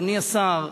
אדוני השר,